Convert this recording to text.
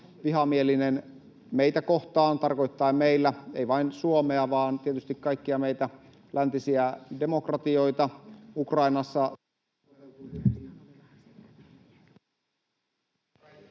vihamielinen meitä kohtaan, tarkoittaen meillä ei vain Suomea vaan tietysti kaikkia meitä läntisiä demokratioita, ja Ukrainassa